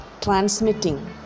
transmitting